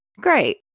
Great